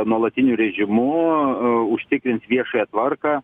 nuolatiniu režimu užtikrins viešąją tvarką